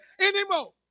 anymore